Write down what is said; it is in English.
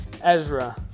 Ezra